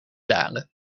dalen